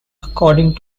according